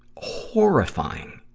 horrifying.